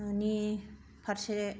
नि फारसे